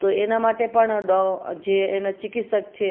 તો એના માટે પણ જે એને ચિકિત્સક છે